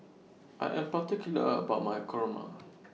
I Am particular about My Kurma